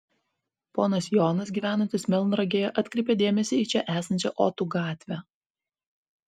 ponas jonas gyvenantis melnragėje atkreipė dėmesį į čia esančią otų gatvę